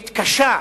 מתקשה,